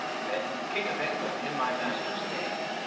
then, king of england, in my master's name,